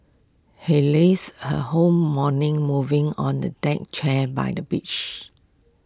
he lazed her whole morning moving on the deck chair by the beach